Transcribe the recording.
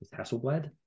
Hasselblad